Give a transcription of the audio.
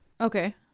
Okay